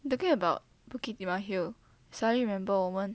talking about bukit timah hill suddenly remember 我们